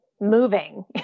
moving